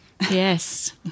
yes